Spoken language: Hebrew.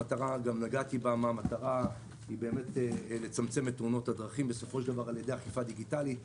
המטרה היא באמת לצמצם את תאונות הדרכים על ידי אכיפה דיגיטלית.